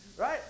right